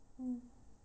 mm